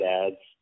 ads